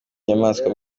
nyamaswa